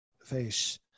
face